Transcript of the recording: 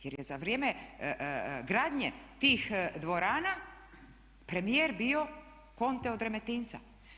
Jer je za vrijeme gradnje tih dvorana premijer bio conte od Remetinca.